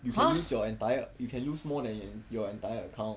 !huh!